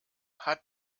hat